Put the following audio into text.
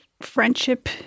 friendship